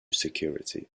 security